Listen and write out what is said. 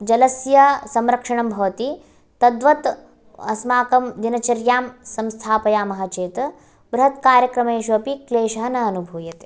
जलस्य संरक्षणं भवति तद्वत् अस्माकं दिनचर्यां संस्थापयाम चेत् बृहत् कार्यक्रमेषु अपि क्लेशः न अनुभूयते